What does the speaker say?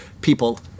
people